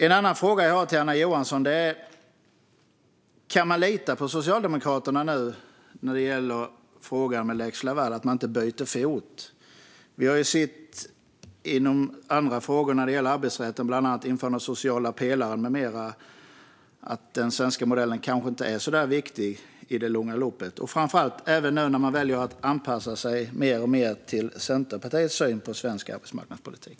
En annan fråga jag har till Anna Johansson är: Går det att lita på Socialdemokraterna när det gäller frågan om lex Laval - att man inte byter fot? Vi har sett i andra frågor när det gäller arbetsrätten, bland annat införandet av den sociala pelaren med mera, att den svenska modellen kanske inte är så viktig i långa loppet, framför allt när man väljer att anpassa sig mer och mer till Centerpartiets syn på svensk arbetsmarknadspolitik.